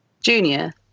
junior